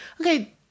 okay